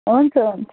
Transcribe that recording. हुन्छ हुन्छ